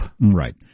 Right